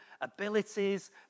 abilities